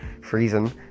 freezing